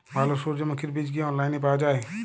ভালো সূর্যমুখির বীজ কি অনলাইনে পাওয়া যায়?